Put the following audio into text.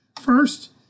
First